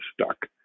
stuck